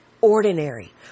ordinary